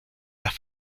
las